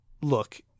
Look